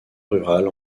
rurale